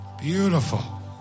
Beautiful